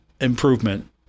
improvement